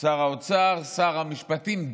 שר האוצר, שר המשפטים.